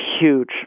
huge